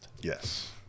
Yes